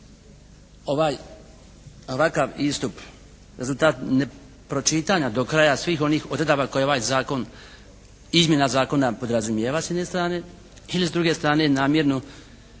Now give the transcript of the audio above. je ovakav istup, rezultat nepročitanja svih onih odredaba koje ovaj zakon, izmjena zakona podrazumijeva s jedne strane ili s druge strane namjerno